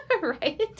Right